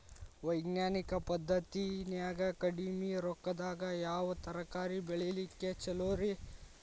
ವೈಜ್ಞಾನಿಕ ಪದ್ಧತಿನ್ಯಾಗ ಕಡಿಮಿ ರೊಕ್ಕದಾಗಾ ಯಾವ ತರಕಾರಿ ಬೆಳಿಲಿಕ್ಕ ಛಲೋರಿ?